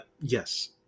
yes